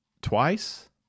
Twice